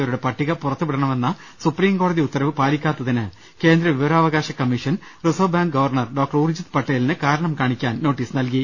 ത്തവരുടെ പട്ടിക പുറത്തുവിടണമെന്ന സുപ്രീം കോടതി ഉത്തരവ് പാലിക്കാത്ത തിന് കേന്ദ്ര വിവരാവകാശ commission reserve bank governor doctor Urjit പട്ടേലിന് കാരണം കാണിക്കാൻ നോട്ടീസ് നൽകി